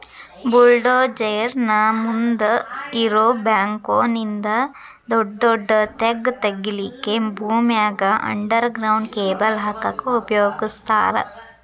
bulldozer ನ ಮುಂದ್ ಇರೋ ಬ್ಯಾಕ್ಹೊ ನಿಂದ ದೊಡದೊಡ್ಡ ತೆಗ್ಗ್ ತಗಿಲಿಕ್ಕೆ ಭೂಮ್ಯಾಗ ಅಂಡರ್ ಗ್ರೌಂಡ್ ಕೇಬಲ್ ಹಾಕಕ್ ಉಪಯೋಗಸ್ತಾರ